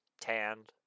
tanned